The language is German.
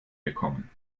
bekommen